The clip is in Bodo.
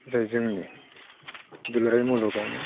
जाय जोंनि दुलाराय मुलुगावनो